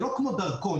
זה לא כמו דרכון,